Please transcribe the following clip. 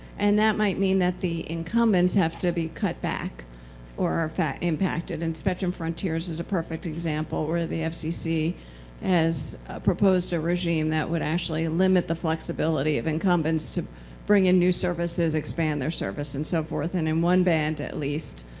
and that might mean that the incumbents have to be cut back or impacted. and spectrum frontiers is a perfect example where the fcc has proposed a regime that would actually limit the flexibility of incumbents to bring in new services, expand their service, and so forth. and in one band at least,